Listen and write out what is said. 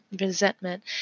Resentment